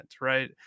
right